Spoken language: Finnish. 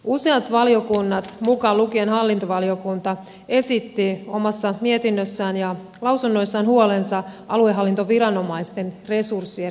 useat valiokunnat mukaan lukien hallintovaliokunta esittivät omassa mietinnössään ja lausunnoissaan huolensa aluehallintoviranomaisten resurssien riittävyydestä